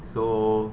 so